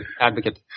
advocate